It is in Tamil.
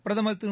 பிரதமர் திரு